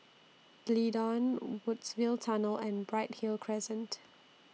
D'Leedon Woodsville Tunnel and Bright Hill Crescent